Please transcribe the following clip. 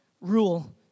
rule